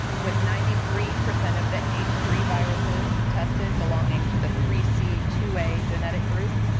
with ninety three percent of the h three viruses tested belong to the three c two a genetic group,